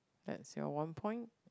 that's your one point